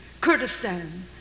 Kurdistan